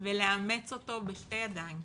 ולאמץ אותו בשתי ידיים